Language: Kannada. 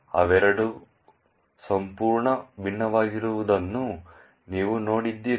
ಇವೆರಡೂ ಸಂಪೂರ್ಣವಾಗಿ ಭಿನ್ನವಾಗಿರುವುದನ್ನು ನೀವು ನೋಡುತ್ತೀರಿ